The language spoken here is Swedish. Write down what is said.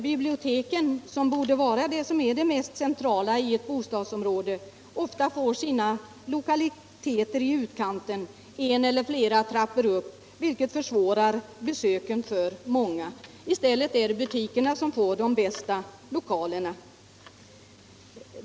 Biblioteken, som borde vara det mest centrala i ett bostadsområde, får ofta sina lokaler i utkanten en eller flera trappor upp i en fastighet, vilket försvårar besöken för många. I stället får butikerna de bästa lokalerna.